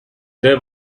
there